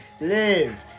Live